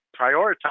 prioritize